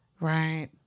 right